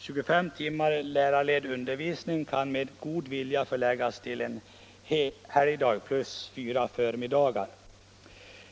25 timmar lärarledd undervisning kan med god vilja förläggas till en helgdag plus fyra förmiddagar.